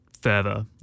further